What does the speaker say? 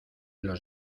los